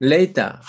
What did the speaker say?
Later